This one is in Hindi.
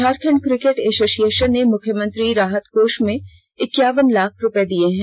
झारखंड क्रिकेट एसोसिएषन ने मुख्यमंत्री राहत कोष में इक्यावन लाख रुपए दिए हैं